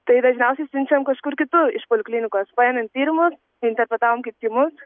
tai dažniausiai siunčiam kažkur kitur iš poliklinikos paėmėm tyrimus interpretavom kaip tymus